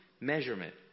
measurement